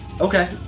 Okay